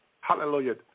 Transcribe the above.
Hallelujah